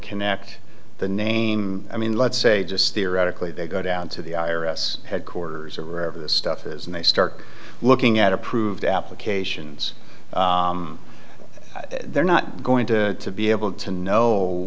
connect the name i mean let's say just theoretically they go down to the i r s headquarters or wherever the stuff is and they start looking at approved applications they're not going to be able to know